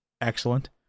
excellent